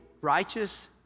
righteous